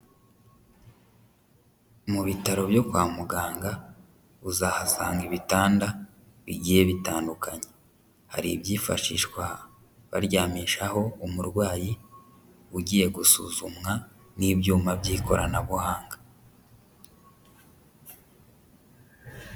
Mu bitaro byo kwa muganga, uzahasanga ibitanda bigiye bitandukanye. Hari ibyifashishwa baryamishaho umurwayi ugiye gusuzumwa, n'ibyuma by'ikoranabuhanga.